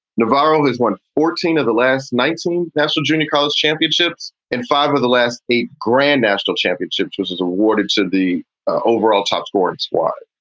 navarro has won fourteen of the last nineteen national junior college championships. in five of the last eight grand national championships was awarded to the overall top sports. why?